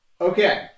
Okay